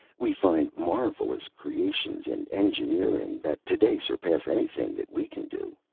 we find marvellous creations in engineering that to-day surpass anything that we can do.